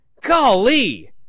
Golly